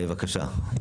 בבקשה.